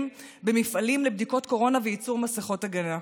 במפעלים לבדיקות קורונה וייצור מסכות הגנה.